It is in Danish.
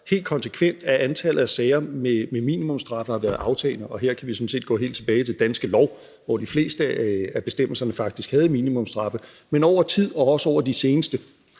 været sådan, at antallet af sager med minimumsstraffe har været aftagende, og her kan vi sådan set gå helt tilbage til Danske Lov, hvor de fleste af bestemmelserne faktisk havde minimumsstraffe. Men over tid, og også over de seneste